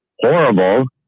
horrible